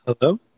Hello